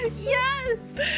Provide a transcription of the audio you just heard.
yes